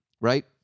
Right